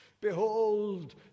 Behold